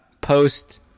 post